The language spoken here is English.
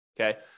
Okay